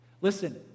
Listen